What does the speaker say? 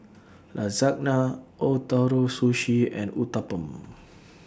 Lasagna Ootoro Sushi and Uthapam